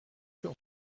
sur